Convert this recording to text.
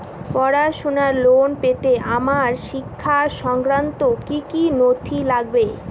পড়াশুনোর লোন পেতে আমার শিক্ষা সংক্রান্ত কি কি নথি লাগবে?